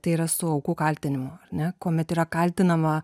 tai yra su aukų kaltinimu ar ne kuomet yra kaltinama